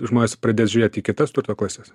žmonės pradės žiūrėt į kitas turto klases